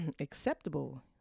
acceptable